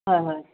হয় হয়